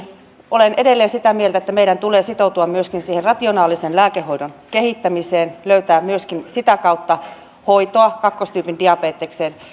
olen edelleen sitä mieltä että meidän tulee sitoutua myöskin siihen rationaalisen lääkehoidon kehittämiseen löytää myöskin sitä kautta hoitoa kakkostyypin diabetekseen